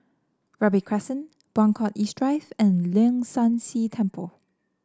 Robey Crescent Buangkok East Drive and Leong San See Temple